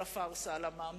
על הפארסה על המע"מ.